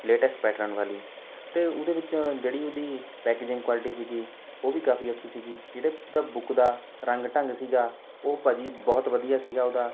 latest pattern ਵਾਲੀ ਅਤੇ ਉਹਦੇ ਵਿੱਚ ਜਿਹੜੀ ਉਹਦੀ ਪੈਕੇਜਿੰਗ ਕੁਆਲਿਟੀ ਸੀਗੀ ਉਹ ਵੀ ਕਾਫੀ ਅੱਛੀ ਸੀਗੀ ਜਿਹੜਾ ਉਹਦੇ ਬੁੱਕ ਦਾ ਰੰਗ ਢੰਗ ਸੀਗਾ ਉਹ ਭਾਅ ਜੀ ਬਹੁਤ ਵਧੀਆ ਸੀਗਾ ਓਹਦਾ